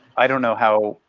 i don't know how,